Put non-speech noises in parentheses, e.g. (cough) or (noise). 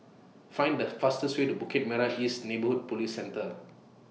Find The fastest Way to Bukit Merah (noise) East Neighbourhood Police Centre